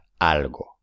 algo